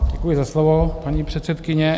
Děkuji za slovo, paní předsedkyně.